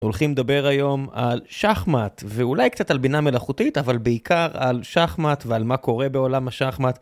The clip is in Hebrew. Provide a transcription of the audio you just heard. הולכים לדבר היום על שחמט ואולי קצת על בינה מלאכותית אבל בעיקר על שחמט ועל מה קורה בעולם השחמט.